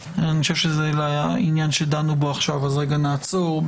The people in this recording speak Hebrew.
לגבי העניין שדנו בו עכשיו אז רגע נעצור.